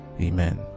Amen